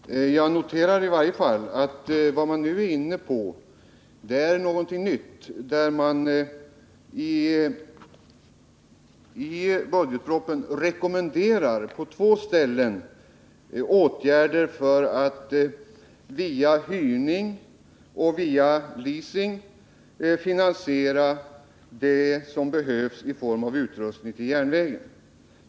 Herr talman! Jag noterar i varje fall att man nu går in för någonting nytt. I budgetpropositionen rekommenderas på två ställen åtgärder för att via uthyrning och leasing finansiera behov av utrustning till järnvägen.